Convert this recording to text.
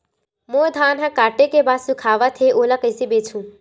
मोर धान ह काटे के बाद सुखावत हे ओला कइसे बेचहु?